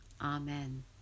Amen